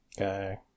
Okay